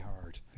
hard